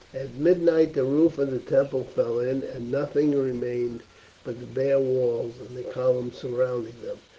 at midnight the roof of the temple fell in, and nothing remained but the bare walls and the columns surrounding them.